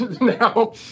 now